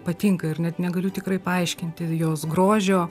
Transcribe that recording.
patinka ir net negaliu tikrai paaiškinti jos grožio